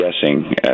guessing